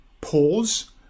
pause